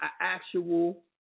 actual